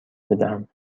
بدهم